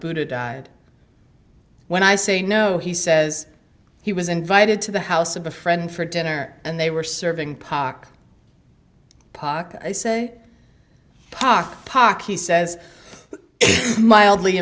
buddha died when i say no he says he was invited to the house of a friend for dinner and they were serving pock pock i say pock pock he says mildly